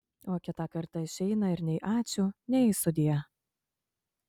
o kitą kartą išeina ir nei ačiū nei sudie